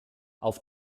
auf